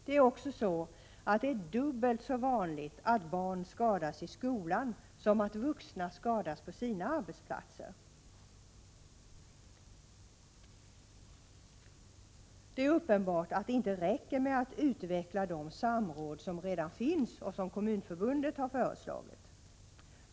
Det är också dubbelt så vanligt att barn skadas i skolan som att vuxna skadas på sina arbetsplatser. Det är uppenbart att det inte räcker med att utveckla de samråd som redan finns och som kommunförbundet har föreslagit.